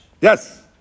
Yes